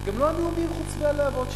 גם לא הנאומים חוצבי הלהבות שלנו,